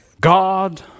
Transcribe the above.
God